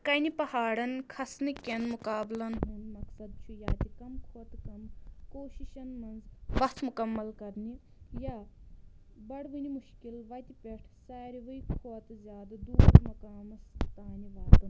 کنہِ پہاڑن کھسنہٕ کیٚن مُقابلن ہُنٛد مقصد چُھ یاتہِ کم کھۄتہٕ کم کوٗشِشن منٛز وَتھ مُکمل کَرنہِ یا بڑوٕنہِ مُشکِل وتہِ پیٚٹھ سارِوٕے کھۄتہٕ زیادٕ دوٗر مُقامس تانۍ واتُن